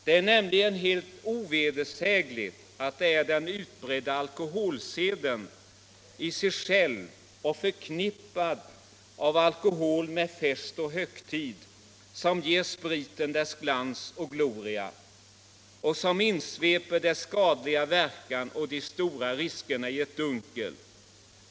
Det är nämligen helt ovedersägligt att det är den utbredda alkoholseden i sig själv, förknippandet av alkohol med fest och högtid, som ger spriten dess glans och gloria och som insveper dess skadliga verkan och de stora riskerna i ett dunkel.